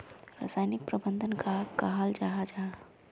रासायनिक प्रबंधन कहाक कहाल जाहा जाहा?